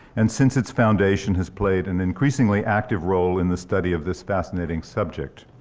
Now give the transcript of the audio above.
and since its foundation has played an increasingly active role in the study of this fascinating subject.